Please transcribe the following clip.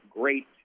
great